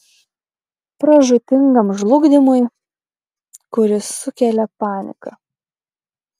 pražūtingam žlugdymui kuris sukelia panika